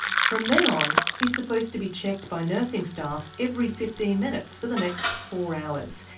from then on, he's supposed to be checked by nursing staff every fifteen minutes for the next four hours,